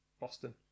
Boston